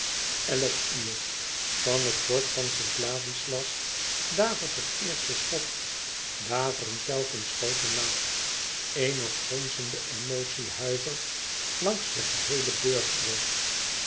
elf uur van het fort van st ladislas davert het eerste schot daveren telkens schoten na eene gonzende emotie huivert langs den geheelen burchtweg